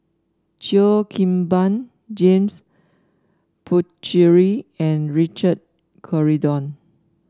Cheo Kim Ban James Puthucheary and Richard Corridon